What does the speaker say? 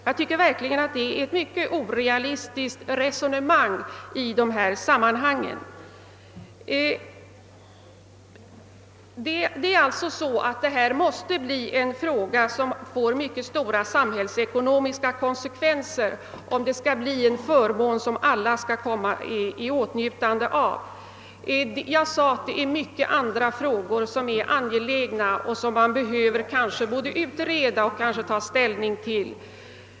Jag tycker att det i så fall är ett mycket orealistiskt resonemang. Denna fråga måste få mycket stora samhällsekonomiska konsekvenser, om det skall bli en förmån som alla kommer i åtnjutande av. Jag sade att det finns många andra angelägna spörsmål som kanske behöver både utredas och diskuteras.